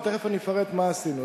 תיכף אני אפרט מה עשינו.